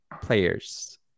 players